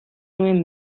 nuen